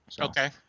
Okay